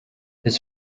his